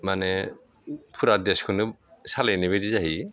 माने पुरा देसखौनो सालायनाय बायदि जाहैयो